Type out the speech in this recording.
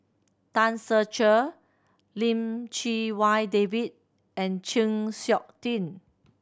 Tan Ser Cher Lim Chee Wai David and Chng Seok Tin